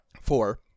Four